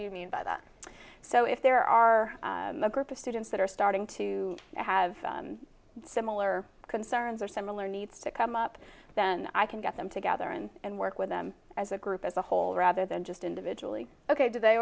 you mean by that so if there are a group of students that are starting to have similar concerns or similar needs to come up then i can get them together and work with them as a group as a whole rather than just individually ok do they